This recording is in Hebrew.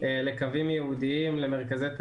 לקווים ייעודיים, למרכזי תעסוקה.